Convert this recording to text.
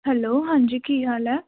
hello ਹਾਂਜੀ ਕੀ ਹਾਲ ਹੈ